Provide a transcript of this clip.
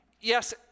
yes